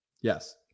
yes